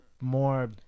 more